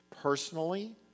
personally